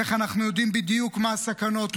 איך אנחנו יודעים בדיוק מה הסכנות,